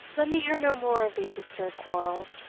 let me hear no more of these absurd quarrels,